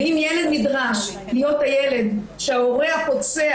אם ילד נדרש להיות הילד שההורה הפוצע